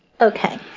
Okay